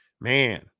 Man